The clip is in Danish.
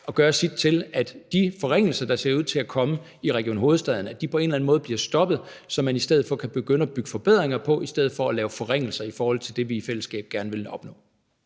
at gøre sit til, at de forringelser, der ser ud til at komme i Region Hovedstaden, på en eller anden måde bliver stoppet, så man i stedet for kan begynde at bygge forbedringer på i stedet for at lave forringelser i forhold til det, vi i fællesskab gerne vil opnå.